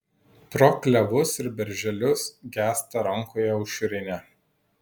pro klevus ir berželius gęsta rankoje aušrinė